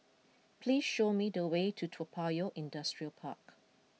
please show me the way to Toa Payoh Industrial Park